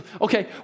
okay